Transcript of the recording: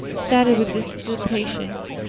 sated with dissipation,